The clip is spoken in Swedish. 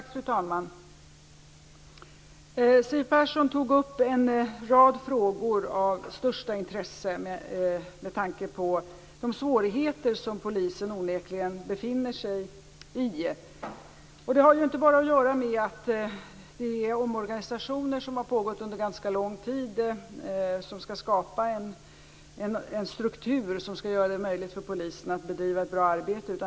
Fru talman! Siw Persson tog upp en rad frågor av största intresse med tanke på de svårigheter som polisen onekligen befinner sig i. Det har inte bara att göra med att den omorganisation pågått under en ganska lång tid och som skall skapa en struktur som skall göra det möjligt för polisen att bedriva ett bra arbete.